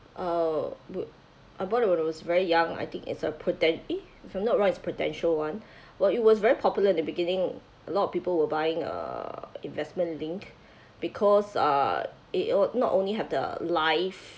uh w~ I bought it when I was very young I think it's a prudent~ eh if I'm not wrong is prudential one while it was very popular in the beginning a lot of people were buying uh investment linked because uh it would not only have the life